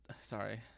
sorry